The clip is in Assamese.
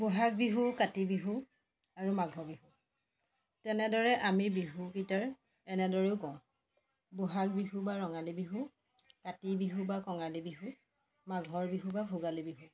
ব'হাগ বিহু কাতি বিহু আৰু মাঘ বিহু তেনেদৰে আমি বিহু কিটাৰ এনেদৰেও কওঁ ব'হাগ বিহু বা ৰঙালী বিহু কাতি বিহু বা কঙালী বিহু মাঘৰ বিহু বা ভোগালী বিহু